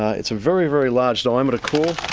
ah it's a very, very large diameter core